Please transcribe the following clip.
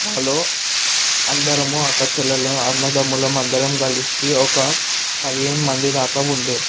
మాలో అందరమూ అక్కచెల్లెళ్ళం అన్నదమ్ముళ్ళం అందరమూ కలిసి ఒక పదిహేను మంది దాకా ఉండే